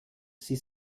sie